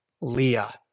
Leah